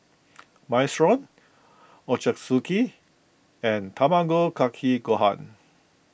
Minestrone Ochazuke and Tamago Kake Gohan